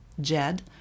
Jed